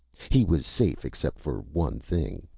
he was safe except for one thing.